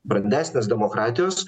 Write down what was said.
brandesnės demokratijos